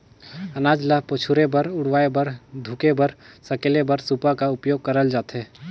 अनाज ल पछुरे बर, उड़वाए बर, धुके बर, सकेले बर सूपा का उपियोग करल जाथे